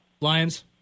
lions